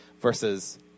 versus